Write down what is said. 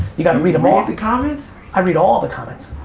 you got to read them all the comments. i read all the comments.